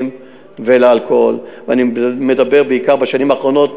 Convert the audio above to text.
ולאלכוהול ואני מדבר בעיקר בשנים האחרונות,